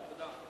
בבקשה.